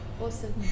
awesome